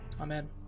Amen